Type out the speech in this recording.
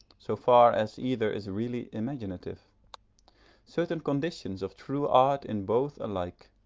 so far as either is really imaginative certain conditions of true art in both alike,